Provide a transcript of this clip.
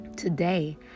Today